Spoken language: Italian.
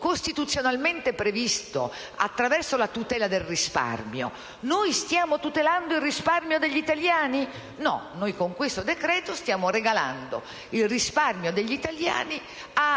costituzionalmente previsto, finalizzato alla tutela del risparmio? Stiamo tutelando il risparmio degli italiani? No, con questo decreto stiamo regalando il risparmio degli italiani a